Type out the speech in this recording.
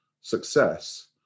success